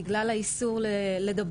כי הן יודעות יותר מידיי.